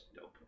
dope